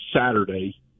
Saturday